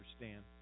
understand